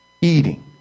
eating